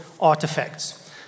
artifacts